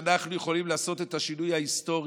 ואנחנו יכולים לעשות את השינוי ההיסטורי,